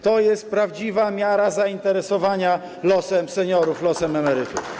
To jest prawdziwa miara zainteresowania losem seniorów, losem emerytów.